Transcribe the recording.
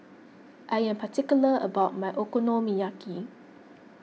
I am particular about my Okonomiyaki